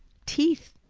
teeth,